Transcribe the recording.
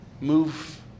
move